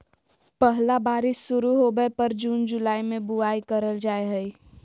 पहला बारिश शुरू होबय पर जून जुलाई में बुआई करल जाय हइ